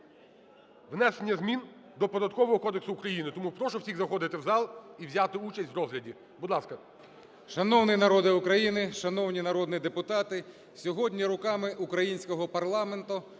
кодексу України. Тому прошу всіх заходити в зал і взяти участь в розгляді. Будь ласка.